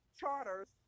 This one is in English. charters